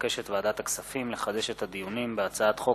לדיון מוקדם: הצעת חוק